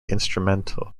instrumental